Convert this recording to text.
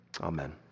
Amen